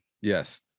Yes